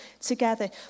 together